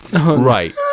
right